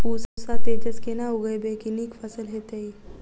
पूसा तेजस केना उगैबे की नीक फसल हेतइ?